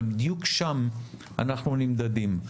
אבל בדיוק שם אנחנו נמדדים,